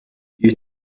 you